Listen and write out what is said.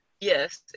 Yes